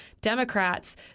Democrats